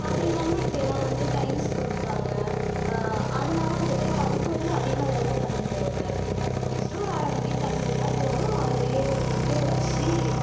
அப்படி இல்லாமல் இப்போ ஏதா வந்து டைல்ஸ் போட்டுகிட்டாங்க அதனால வந்துட்டு அதுக்கு வந்து அதிக அளவில் தண்ணீர் தேவைப்படாது ஜஸ்ட்டு ஒரு அரை பக்கட் தண்ணீர் இருந்தால் போதும் அதிலயே வந்துட்டு வச்சு